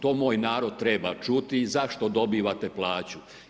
To moj narod treba čuti i zašto dobivate plaću?